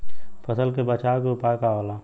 फसल के बचाव के उपाय का होला?